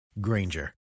Granger